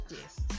Yes